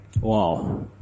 wow